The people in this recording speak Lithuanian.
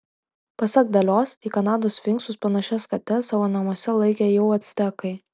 pasak dalios į kanados sfinksus panašias kates savo namuose laikė jau actekai